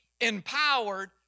empowered